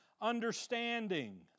understanding